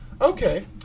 Okay